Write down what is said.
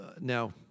now